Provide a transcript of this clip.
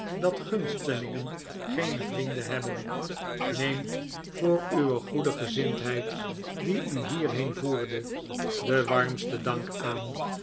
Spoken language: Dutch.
dat gunstelingen geene vrienden hebben neemt voor uwe goede gezindheid die u hierheen voerde den warmsten dank aan